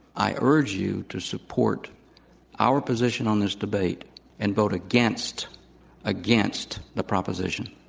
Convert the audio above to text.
i urge you to support our position on this debate and vote against against the proposition.